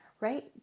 right